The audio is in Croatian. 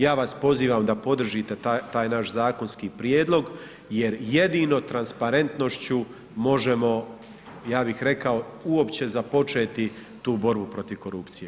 Ja vas pozivam da podržite taj naš zakonski prijedlog jer jedino transparentnošću možemo ja bih rekao uopće započeti tu borbu protiv korupcije.